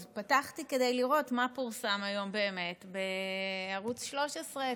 אז פתחתי כדי לראות מה פורסם היום באמת בערוץ 13,